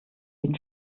den